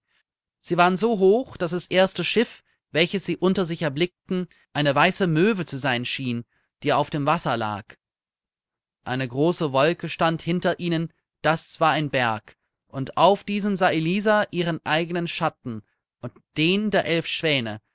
sie waren so hoch daß das erste schiff welches sie unter sich erblickten eine weiße möve zu sein schien die auf dem wasser lag eine große wolke stand hinter ihnen das war ein berg und auf diesem sah elisa ihren eigenen schatten und den der elf schwäne